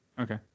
Okay